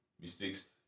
mistakes